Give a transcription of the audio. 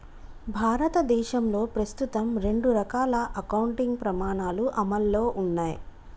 భారతదేశంలో ప్రస్తుతం రెండు రకాల అకౌంటింగ్ ప్రమాణాలు అమల్లో ఉన్నయ్